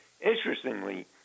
Interestingly